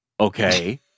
okay